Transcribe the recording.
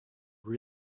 were